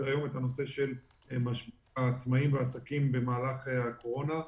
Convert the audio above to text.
היום את הנושא של משבר העצמאיים והעסקים במהלך הקורונה,